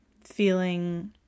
feeling